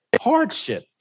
hardship